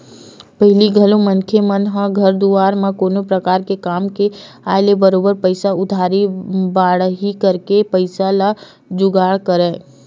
पहिली घलो मनखे मन ह घर दुवार म कोनो परकार के काम के आय ले बरोबर पइसा उधारी बाड़ही करके पइसा के जुगाड़ करय